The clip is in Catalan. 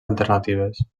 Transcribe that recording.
alternatives